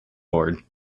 board